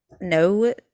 no